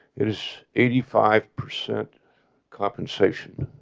it is eighty five percent compensation.